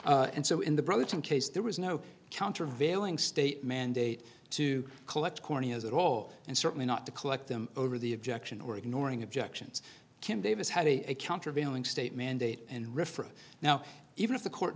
and so in the brotherton case there was no countervailing state mandate to collect corneas at all and certainly not to collect them over the objection or ignoring objections kim davis had a countervailing state mandate and referred now even if the court